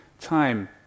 time